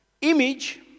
Image